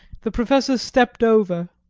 the professor stepped over,